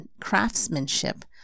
craftsmanship